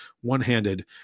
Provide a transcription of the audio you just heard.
one-handed